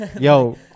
Yo